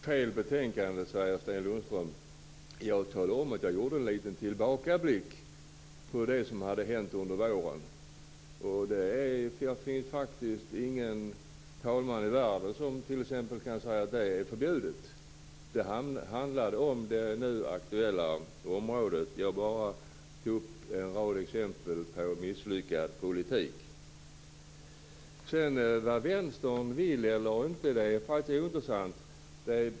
Fru talman! Jag diskuterar fel betänkande, sade Sten Lundström. Men jag talade ju om att jag gjorde en liten tillbakablick på det som hände under våren. Det finns faktiskt ingen talman i världen som kan säga att det är förbjudet. Det handlade om det nu aktuella området. Jag tog bara upp en rad exempel på misslyckad politik. Vad Vänstern vill eller inte vill är ointressant.